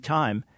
time